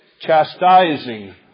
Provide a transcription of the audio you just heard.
chastising